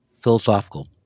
philosophical